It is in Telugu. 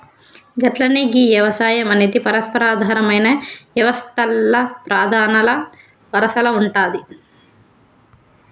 గట్లనే గీ యవసాయం అనేది పరస్పర ఆధారమైన యవస్తల్ల ప్రధానల వరసల ఉంటాది